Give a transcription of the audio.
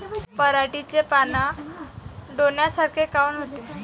पराटीचे पानं डोन्यासारखे काऊन होते?